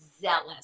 zealous